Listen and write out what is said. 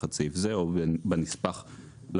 תחת סעיף זה או בנספח למפרט.